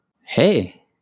Hey